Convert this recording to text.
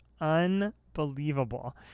unbelievable